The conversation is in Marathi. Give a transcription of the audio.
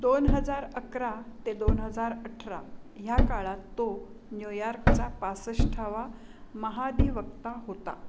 दोन हजार अकरा ते दोन हजार अठरा ह्या काळात तो न्यूयॉर्कचा पासष्टावा महाधिवक्ता होता